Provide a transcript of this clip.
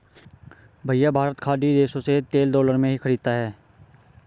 भैया भारत खाड़ी देशों से तेल डॉलर में ही खरीदता है